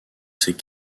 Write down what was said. ces